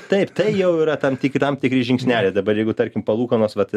taip tai jau yra tam tikr tam tikri žingsneliai dabar jeigu tarkim palūkanos vat